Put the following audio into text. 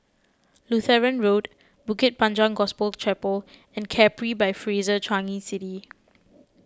Lutheran Road Bukit Panjang Gospel Chapel and Capri by Fraser Changi City